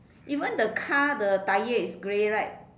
even the car the tyre is grey right